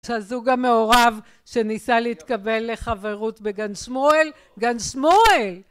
שהזוג המעורב שניסה להתקבל לחברות בגן שמואל, גן שמואל